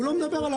הוא לא מדבר אלי,